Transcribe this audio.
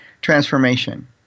transformation